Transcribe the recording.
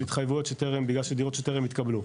התחייבויות שטרם בגלל דירות שטרם התקבלו.